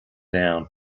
down